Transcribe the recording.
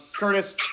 Curtis